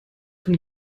von